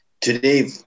today